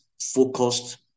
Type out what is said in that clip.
focused